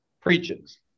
preaches